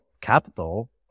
capital